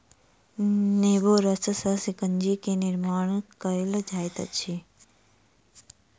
नेबो रस सॅ शिकंजी के निर्माण कयल जाइत अछि